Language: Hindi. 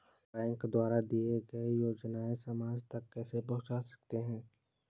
बैंक द्वारा दिए गए योजनाएँ समाज तक कैसे पहुँच सकते हैं?